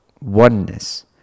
oneness